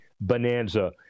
bonanza